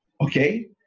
Okay